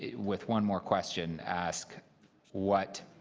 with one more question, ask what